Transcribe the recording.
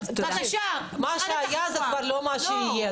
מה שהיה הוא כבר לא מה שיהיה.